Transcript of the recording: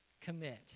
commit